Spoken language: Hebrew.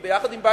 ביחד עם מומחים,